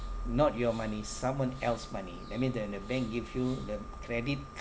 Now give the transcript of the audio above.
not your money someone else money that mean the the bank give you the credit